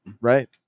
Right